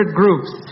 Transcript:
groups